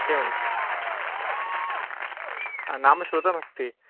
एवं नाम श्रुतमस्ति